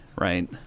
right